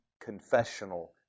confessional